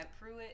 Pruitt